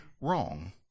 wrong